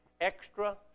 extra